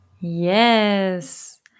Yes